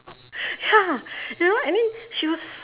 ya you know and then she was